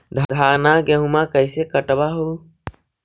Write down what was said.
धाना, गेहुमा कैसे कटबा हू?